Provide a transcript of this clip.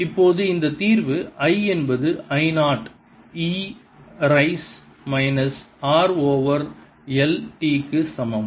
இப்போது இந்த தீர்வு I என்பது I nought e raise minus r over L t க்கு சமம்